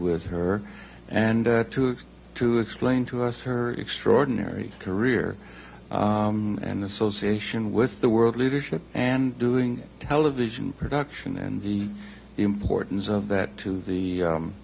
with her and to explain to us her extraordinary career and association with the world leadership and doing television production and the importance of that to the